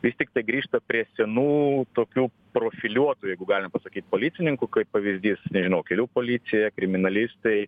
vis tiktai grįžta prie senų tokių profiliuotų jeigu galim pasakyt policininkų kaip pavyzdys nežinau kelių policija kriminalistai